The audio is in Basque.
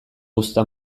uzta